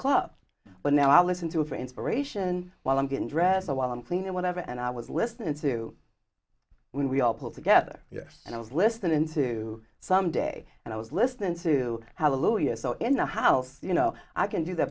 club but now i listen to it for inspiration while i'm getting dressed while i'm clean or whatever and i was listening to when we all pull together yes and i was listening to some day and i was listening to how low you're so in the house you know i can do that